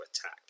attack